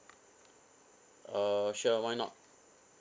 uh sure why not